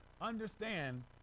understand